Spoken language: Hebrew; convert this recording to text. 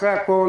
אחרי הכל